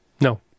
No